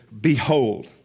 Behold